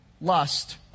lust